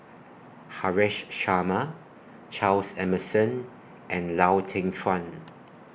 Haresh Sharma Charles Emmerson and Lau Teng Chuan